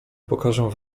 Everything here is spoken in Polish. pokażę